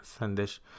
Sandesh